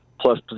plus